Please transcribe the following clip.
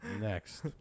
next